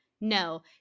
no